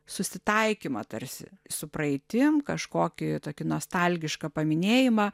susitaikymą tarsi su praeitim kažkokį tokį nostalgišką paminėjimą